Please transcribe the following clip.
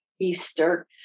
Easter